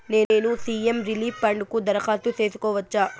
నేను CM relief fund కు దరఖాస్తు సేసుకోవచ్చా?